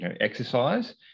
exercise